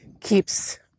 keeps